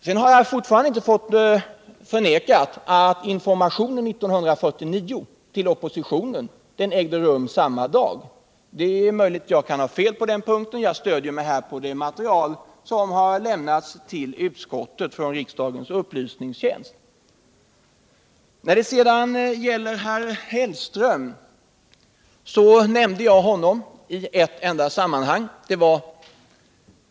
Sedan har man fortfarande inte förnekat att informationen 1949 till oppositionen ägde rum samma dag som det var fråga om. Det är möjligt att jag har fel på den här punkten. Jag stöder mig på det material som har lämnats till utskottet från riksdagens upplysningstjänst. När det sedan gäller herr Hellström nämnde jag honom i ett enda sammanhang.